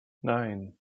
nine